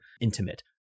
intimate